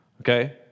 Okay